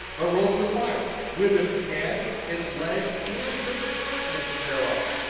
but roast with fire, with its head, its legs, and, with the pertinence thereof,